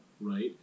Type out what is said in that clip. right